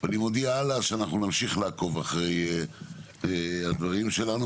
אני מודיע שאנחנו נמשיך לעקוב אחר הדברים שלנו,